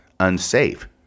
unsafe